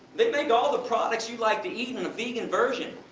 they make all the products you like to eat, in a vegan version.